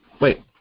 Wait